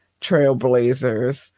trailblazers